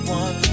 one